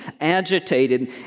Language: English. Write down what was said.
agitated